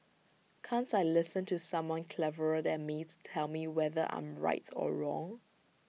can't I listen to someone cleverer than me to tell me whether I am right or wrong